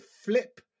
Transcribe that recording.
flip